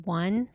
one